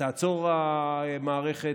תעצור המערכת,